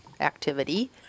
activity